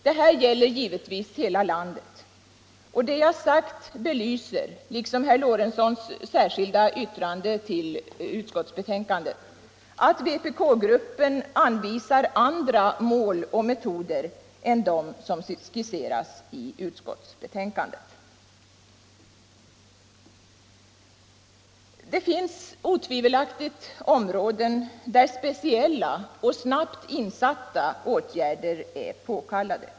Detta gäller givetvis hela landet, och det jag sagt belyser, liksom herr Lorentzons särskilda yttrande, att vpk-gruppen anvisar andra mål och metoder än de som skisseras i utskottsbetänkandet. Det finns otvivelaktigt områden där speciella och snabbt insatta åtgärder är påkallade.